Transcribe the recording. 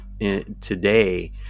today